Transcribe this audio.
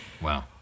Wow